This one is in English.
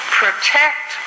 protect